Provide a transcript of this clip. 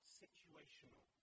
situational